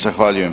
Zahvaljujem.